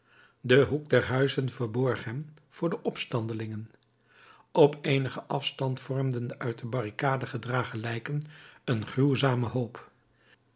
de hoek der huizen verborg hen voor de opstandelingen op eenigen afstand vormden de uit de barricade gedragen lijken een gruwzamen hoop